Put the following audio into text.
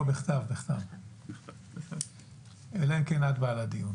לא, בכתב, אלא אם כן את באה לדיון.